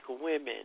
women